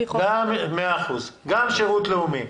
מאה אחוז, גם שירות לאומי.